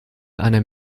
einer